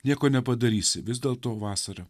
nieko nepadarysi vis dėlto vasara